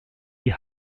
die